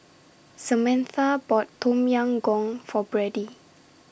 Samantha bought Tom Yam Goong For Brady